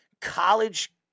college